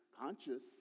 conscious